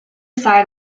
side